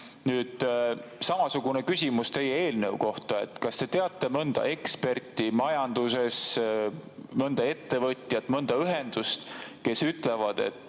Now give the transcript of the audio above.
Samasugune küsimus on teie eelnõu kohta. Kas te teate mõnda eksperti majanduses, mõnda ettevõtjat, mõnda ühendust, kes ütleb, et